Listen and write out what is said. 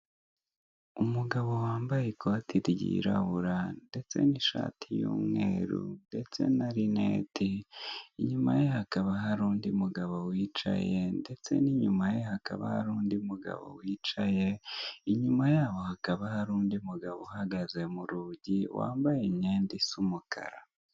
Umugabo wambaye ikote ryirabura ndetse n'ishati y'umweru ndetse na linete, inyuma ye hari undi mugabo wicaye ndetse n'inyuma ye hakaba hari undi muhabo wicaye, inyuma yabo hakaba hari undi umugabo uhagaze mu rugi wambaye imyenda isa umukara.